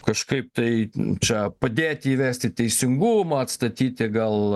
kažkaip tai čia padėti įvesti teisingumą atstatyti gal